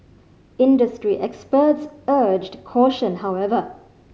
industry experts urged caution however